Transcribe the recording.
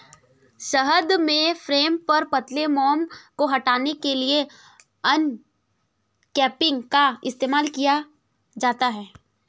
शहद के फ्रेम पर पतले मोम को हटाने के लिए अनकैपिंग का इस्तेमाल किया जाता है